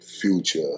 Future